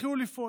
יתחילו לפעול.